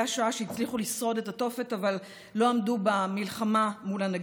השואה שהצליחו לשרוד בתופת אבל לא עמדו במלחמה מול הנגיף.